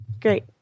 great